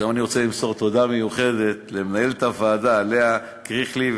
עכשיו אני רוצה למסור תודה מיוחדת למנהלת הוועדה לאה קריכלי,